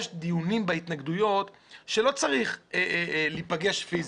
יש דיונים בהתנגדויות שלא צריך להיפגש פיסית,